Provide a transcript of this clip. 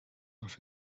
off